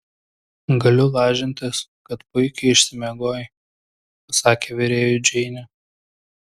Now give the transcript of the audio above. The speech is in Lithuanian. galiu lažintis kad puikiai išsimiegojai pasakė virėjui džeinė